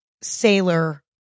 sailor